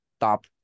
top